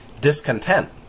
discontent